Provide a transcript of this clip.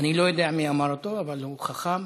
אני לא יודע מי אמר אותו, אבל הוא חכם: